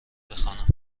بخوانم